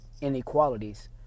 inequalities